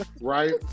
right